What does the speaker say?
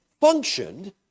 functioned